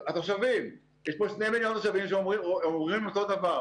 התושבים יש פה שני מיליון תושבים שאומרים אותו דבר.